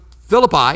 Philippi